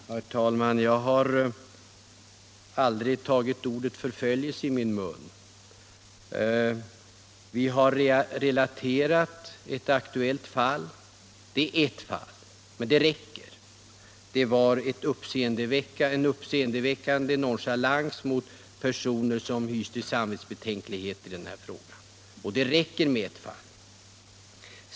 Herr talman! Jag har inte tagit ordet ”förföljelse” i min mun. Vi har relaterat ett aktuellt fall. Det är ett fall, men det räcker. Det var en uppseendeväckande nonchalans mot personer som hyste samvetsbetänkligheter i denna fråga. Det räcker då med ett fall.